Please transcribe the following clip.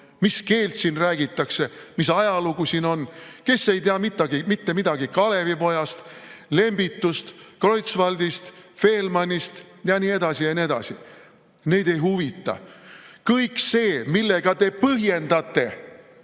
mis keelt siin räägitakse, mis ajalugu siin on, kes ei tea mitte midagi Kalevipojast, Lembitust, Kreutzwaldist, Faehlmannist ja nii edasi ja nii edasi? Neid ei huvita. Kõik see, millega te põhjendate